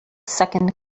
second